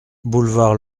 boulevard